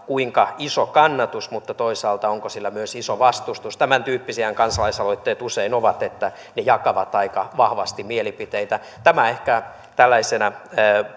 kuinka iso kannatus kansalaisaloitteella on mutta toisaalta myös se onko sillä iso vastustus tämäntyyppisiähän kansalaisaloitteet usein ovat että ne jakavat aika vahvasti mielipiteitä tämä ehkä tällaisena